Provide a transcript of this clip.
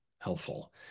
helpful